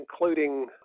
including